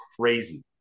crazy